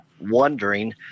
wondering –